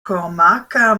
comarca